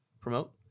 promote